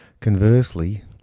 Conversely